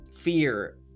Fear